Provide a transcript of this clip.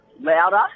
louder